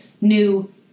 new